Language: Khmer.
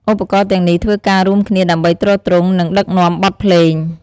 ឧបករណ៍ទាំងនេះធ្វើការរួមគ្នាដើម្បីទ្រទ្រង់ និងដឹកនាំបទភ្លេង។